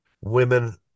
women